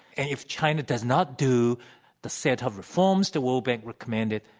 and if china does not do the set of reforms the world bank recommended,